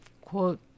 quote